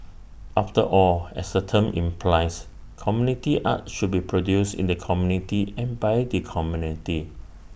after all as the term implies community arts should be produced in the community and by the community